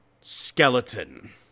skeleton